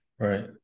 right